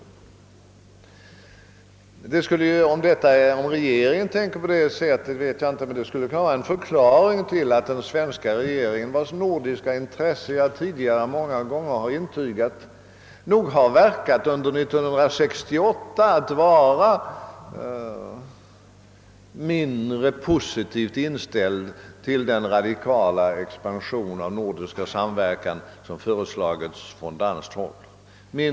Jag vet inte om man inom den svenska regeringen tänker på det sättet men det skulle kunna förklara att regeringen, vars nordiska intresse jag tidigare många gånger intygat, nog under senare delen av 1968 verkat vara mindre positivt inställd än det ett tag fanns anledning förmoda till den radikala ex Pansion av nordisk samverkan som föreslagits från danskt håll.